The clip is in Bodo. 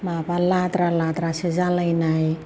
माबा लाद्रा लाद्रासो जालायनाय